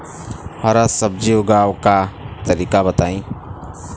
हरा सब्जी उगाव का तरीका बताई?